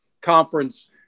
conference